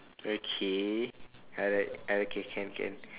okay alright ah okay can can